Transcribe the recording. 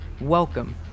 Welcome